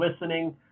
listening